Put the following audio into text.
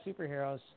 superheroes